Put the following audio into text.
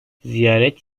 ziyaret